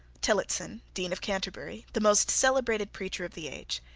tillotson, dean of canterbury, the most celebrated preacher of the age,